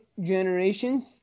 generations